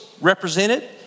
represented